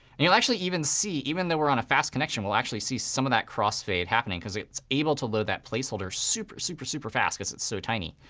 and you'll actually even see even though we're on a fast connection, we'll actually see some of that crossfade happening. because it's able to load that placeholder super, super, super fast, because it's so tiny.